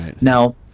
Now